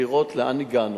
לראות לאן הגענו,